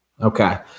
Okay